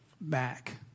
back